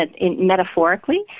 metaphorically